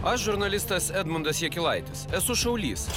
aš žurnalistas edmundas jakilaitis esu šaulys